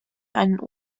einen